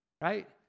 right